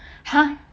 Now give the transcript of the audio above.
!huh!